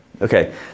okay